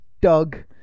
Doug